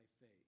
faith